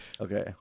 Okay